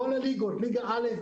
כולל ליגה א',